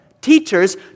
teachers